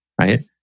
Right